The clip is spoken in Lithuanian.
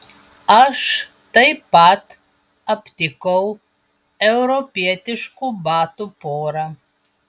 aš taip pat aptikau europietiškų batų porą